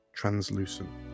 translucent